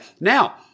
Now